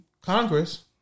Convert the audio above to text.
Congress